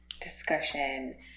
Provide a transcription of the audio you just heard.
discussion